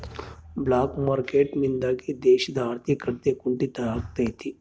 block market ನಿಂದಾಗಿ ದೇಶದ ಆರ್ಥಿಕತೆ ಕುಂಟಿತ ಆಗ್ತೈತೆ